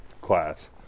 class